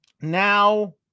now